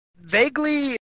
vaguely